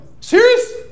serious